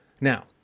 Now